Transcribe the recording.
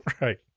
Right